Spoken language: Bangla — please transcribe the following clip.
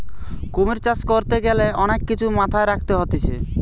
কুমির চাষ করতে গ্যালে অনেক কিছু মাথায় রাখতে হতিছে